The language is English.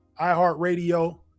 iHeartRadio